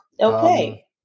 Okay